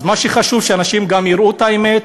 אז מה שחשוב, שאנשים גם יראו את האמת,